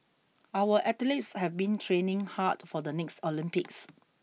our athletes have been training hard for the next Olympics